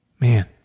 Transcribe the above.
Man